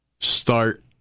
start